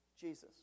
Jesus